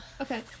Okay